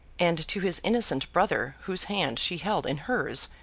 and to his innocent brother whose hand she held in hers,